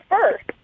first